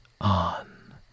on